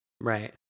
Right